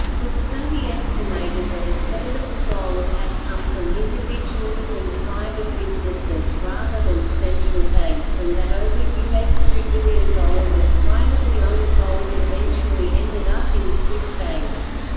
the study estimated that a third of the gold had come from individuals and private businesses rather than central banks and that over us two billion dollars of privately owned gold eventually ended up in swiss banks.